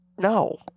No